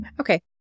Okay